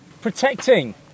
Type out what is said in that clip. Protecting